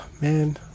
man